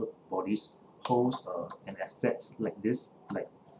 for this holds uh an assets like this like